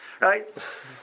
right